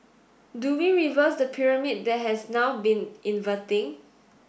do we reverse the pyramid that has now been inverting